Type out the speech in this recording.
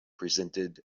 presented